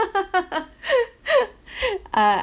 ah